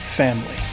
family